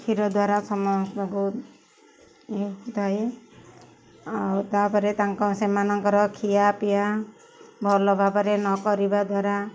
କ୍ଷୀର ଦ୍ୱାରା ସମସ୍ତଙ୍କୁ ଥାଏ ଆଉ ତା'ପରେ ତାଙ୍କ ସେମାନଙ୍କର ଖିଆପିଆ ଭଲ ଭାବରେ ନ କରିବା ଦ୍ୱାରା